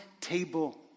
table